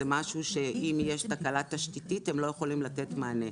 אם יש תקלה תשתיתית, הם לא יכולים לתת מענה.